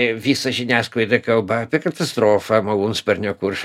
visa žiniasklaida kalba apie katastrofą malūnsparnio kur